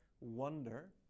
wonder